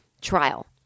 trial